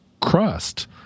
crust